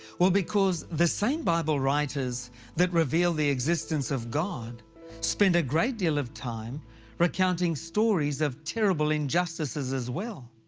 well, because the same bible writers that reveal the existence of god spend a great deal of time recounting stories of terrible injustices as well.